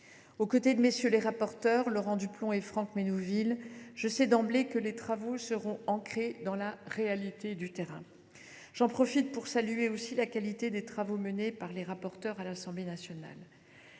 Aux côtés des rapporteurs du texte, Laurent Duplomb et Franck Menonville, je sais d’emblée que les travaux seront ancrés dans la réalité du terrain. J’en profite pour saluer aussi la qualité des travaux conduits par les rapporteurs pour l’Assemblée nationale.